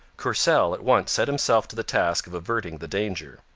courcelle at once set himself to the task of averting the danger.